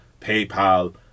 PayPal